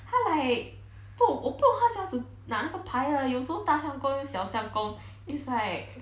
他 like 不懂我都懂怎样子拿那个牌的有时候大相公又小相公 is like